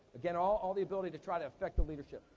again, all all the ability to try to affect the leadership.